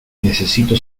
necesito